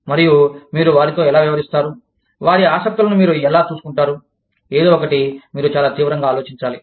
మరియు మీరు వారితో ఎలా వ్యవహరిస్తారు వారి ఆసక్తులను మీరు ఎలా చూసుకుంటారు ఏదో ఒకటి మీరు చాలా తీవ్రంగా ఆలోచించాలి